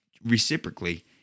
reciprocally